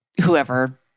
Whoever